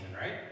right